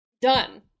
done